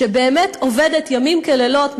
שבאמת עובדת ימים כלילות,